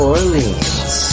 Orleans